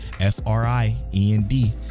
F-R-I-E-N-D